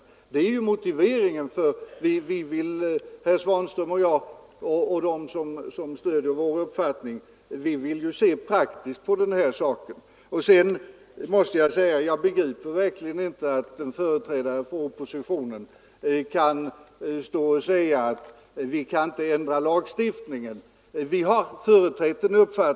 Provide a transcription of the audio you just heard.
Det är skälet till att herr Svanström och jag har kommit till den uppfattning vi har — vi vill se praktiskt på den här saken. Sedan måste jag säga att jag inte kan begripa att en företrädare för oppositionen kan anse att lagstiftningen inte skall ändras.